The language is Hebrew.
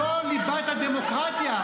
זו ליבת הדמוקרטיה.